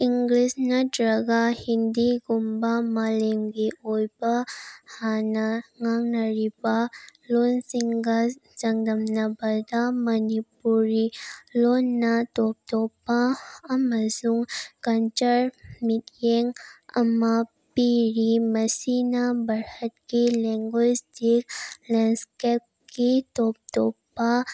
English ꯅꯠꯇ꯭ꯔꯒ ꯍꯤꯟꯗꯤꯒꯨꯝꯕ ꯃꯥꯂꯦꯝꯒꯤ ꯑꯣꯏꯕ ꯍꯥꯟꯅ ꯉꯥꯡꯅꯔꯤꯕ ꯂꯣꯟꯁꯤꯡꯒ ꯆꯥꯡꯗꯝꯅꯕꯗ ꯃꯅꯤꯄꯨꯔꯤ ꯂꯣꯟꯅ ꯇꯣꯞ ꯇꯣꯞꯄ ꯑꯃꯁꯨꯡ ꯀꯜꯆꯔ ꯃꯤꯠꯌꯦꯡ ꯑꯃ ꯄꯤꯔꯤ ꯃꯁꯤꯅ ꯚꯥꯔꯠꯀꯤ ꯂꯦꯡꯒ꯭ꯋꯦꯖꯇꯤꯛ ꯂꯦꯟꯁꯀꯦꯞꯀꯤ ꯇꯣꯞ ꯇꯣꯞꯄ